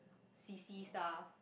C_C stuff